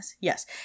Yes